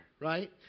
Right